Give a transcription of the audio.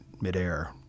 midair